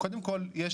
אבל קודם כל יש